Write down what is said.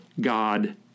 God